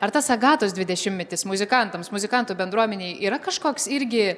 ar tas agatos dvidešimtmetis muzikantams muzikantų bendruomenei yra kažkoks irgi